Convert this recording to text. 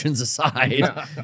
aside